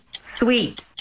Sweet